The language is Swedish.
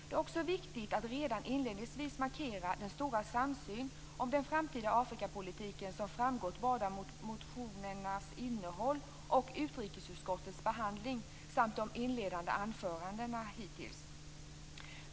Det är också viktigt att redan inledningsvis markera den stora samsyn om den framtida Afrikapolitiken som framgått både av motionernas innehåll och utrikesutskottets behandling samt de inledande anförandena hittills.